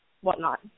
whatnot